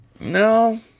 no